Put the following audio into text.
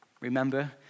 Remember